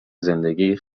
زندگی